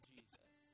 Jesus